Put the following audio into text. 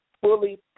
fully